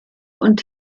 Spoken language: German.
und